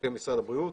כמשרד הבריאות.